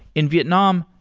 in vietnam,